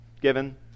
given